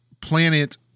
planet